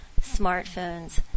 smartphones